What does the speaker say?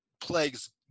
plagues